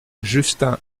justin